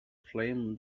flame